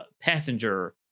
passenger